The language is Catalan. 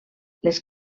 les